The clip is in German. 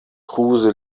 kruse